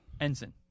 Ensign